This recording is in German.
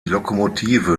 lokomotive